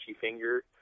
finger